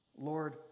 Lord